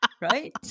right